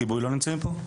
כיבוי לא נמצאים פה?